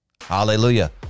hallelujah